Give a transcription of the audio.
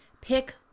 Pick